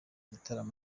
gitaramo